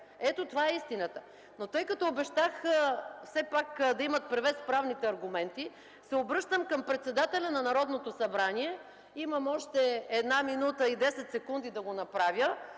Ето, това е истината! Но тъй като обещах все пак да имат превес правните аргументи, се обръщам към председателя на Народното събрание. Имам още една минута и десет секунди, за да го направя.